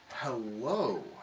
Hello